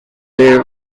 they